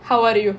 how are you